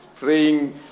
praying